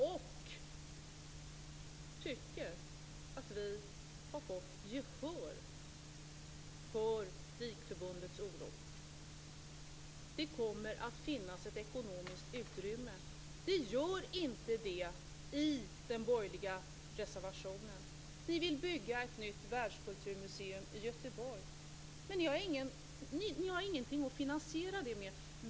Vi tycker att vi har fått gehör för DIK-förbundets oro. Det kommer att finnas ett ekonomiskt utrymme. Enligt den borgerliga reservationen finns det inte det. Ni vill bygga ett nytt världskulturmuseum i Göteborg, men ni har ingenting att finansiera detta museum med.